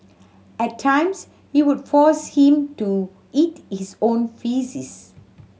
at times he would force him to eat his own faeces